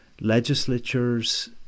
Legislatures